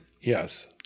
yes